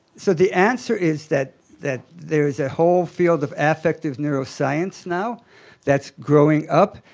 so the answer is that that there is a whole field of affective neuroscience now that's growing up.